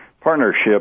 Partnership